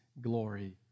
glory